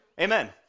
amen